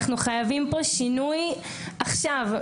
אנחנו חייבים פה שינוי עכשיו.